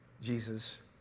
Jesus